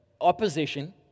opposition